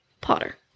Potter